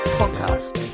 podcast